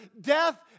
death